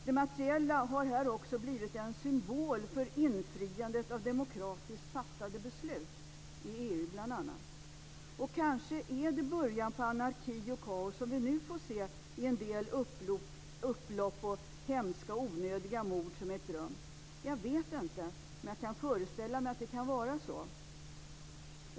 Det materiella har här också blivit en symbol för infriandet av demokratiskt fattade beslut i bl.a. EU. Kanske är det början på anarki och kaos som vi nu får se i en del upplopp och hemska onödiga mord som ägt rum. Jag vet inte, men jag kan föreställa mig att det kan vara så.